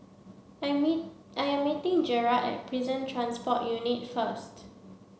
I'm meet I am meeting Jarrod at Prison Transport Unit first